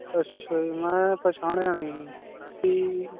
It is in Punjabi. ਅੱਛਾ ਜੀ ਮੈਂ ਪਛਾਣਿਆ ਨਹੀਂ ਜੀ ਕੀ